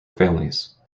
families